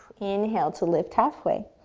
inhale to lift halfway.